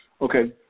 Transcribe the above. Okay